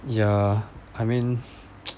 ya I mean